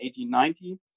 1890